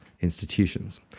institutions